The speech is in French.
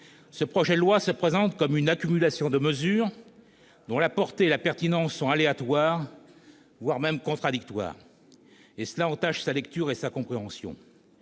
Ce projet de loi se présente comme une accumulation de mesures, dont la portée et la pertinence sont aléatoires, voire contradictoires. Cela entache sa lecture et sa compréhension.